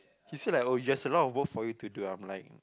he said like oh yes a lot of work for you to do I'm like